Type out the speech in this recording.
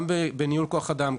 גם בניהול כוח אדם,